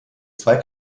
zwei